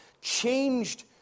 changed